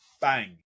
bang